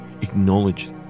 Acknowledge